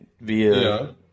via –